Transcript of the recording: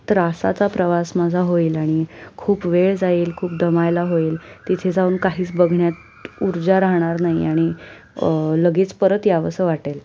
त्रासाचा प्रवास माझा होईल आणि खूप वेळ जाईल खूप दमायला होईल तिथे जाऊन काहीच बघण्यात ऊर्जा राहणार नाही आणि लगेच परत यावंसं वाटेल